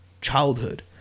childhood